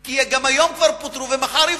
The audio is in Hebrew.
כי גם היום כבר פוטרו ומחר יפוטרו.